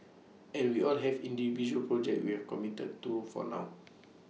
and we all have individual projects we've committed to for now